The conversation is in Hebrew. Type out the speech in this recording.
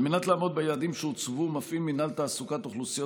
על מנת לעמוד ביעדים שהוצבו מפעיל מינהל תעסוקת אוכלוסיות